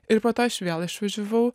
ir po to aš vėl išvažiavau